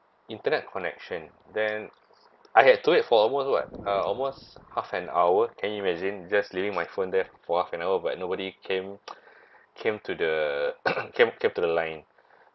internet connection then I had to wait for almost what uh almost half an hour can you imagine just leaving my phone there for half an hour but nobody came came to the came came to the line